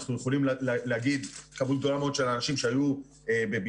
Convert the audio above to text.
אנחנו יכולים להגיד כמות גדולה מאוד של אנשים שהיו בבידוד,